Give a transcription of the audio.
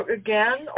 again